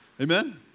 Amen